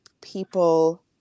people